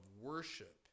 worship